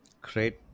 Great